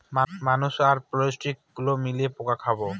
মানুষ আর পোল্ট্রি গুলো মিলে পোকা খাবো